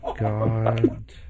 god